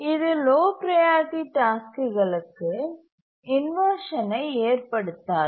இது low priority டாஸ்க்குகளுக்கு இன்வர்ஷனை ஏற்படுத்தாது